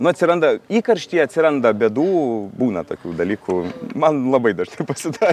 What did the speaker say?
nu atsiranda įkarštyje atsiranda bėdų būna tokių dalykų man labai dažnai pasitaiko